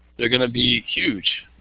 they are going to be huge.